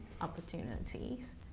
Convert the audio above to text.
opportunities